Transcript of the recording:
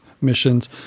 missions